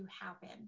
happen